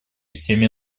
всеми